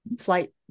flight